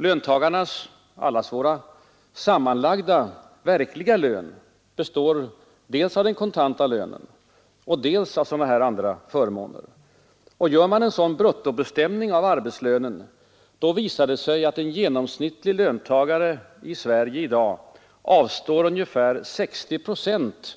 Löntagarnas, allas vår sammanlagda verkliga lön består dels av den kontanta lönen, dels av sådana här andra förmåner. Gör man en sådan bruttobestämning av arbetslönen visar det sig att en genomsnittlig löntagare i Sverige i dag avstår ungefär 60 procent